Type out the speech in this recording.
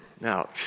Now